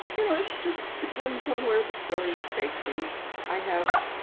you know, it's just depends on where the stories take me i have